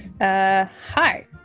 Hi